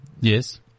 yes